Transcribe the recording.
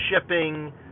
shipping